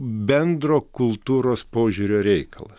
bendro kultūros požiūrio reikalas